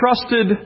trusted